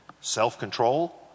self-control